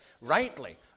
rightly